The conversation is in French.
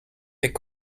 fait